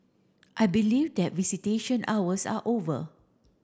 I believe that visitation hours are over